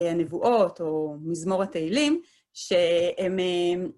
הנבואות או מזמור התהילים. שהם...